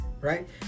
Right